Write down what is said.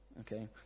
Okay